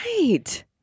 Right